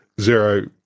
zero